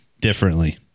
differently